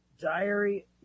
Diary